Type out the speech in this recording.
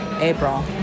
April